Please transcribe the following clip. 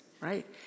right